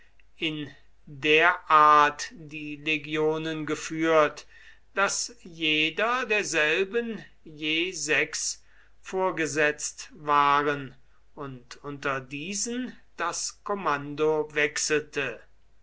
in der art die legionen geführt daß jeder derselben je sechs vorgesetzt waren und unter diesen das kommando wechselte